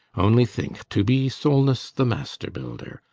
only think to be solness the master builder!